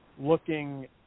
looking